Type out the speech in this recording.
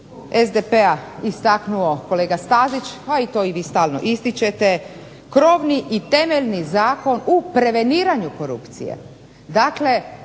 SDP-a istaknuo kolega Stazić a i to vi stalno ističete, krovni i temeljni zakon u preveniranju korupcije.